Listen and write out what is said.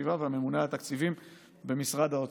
הסביבה והממונה על התקציבים במשרד האוצר.